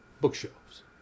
Bookshelves